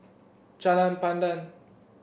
Jalan Pandan